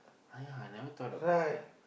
ah yeah I never thought about that